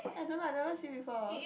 I don't know I never see before